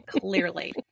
clearly